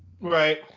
Right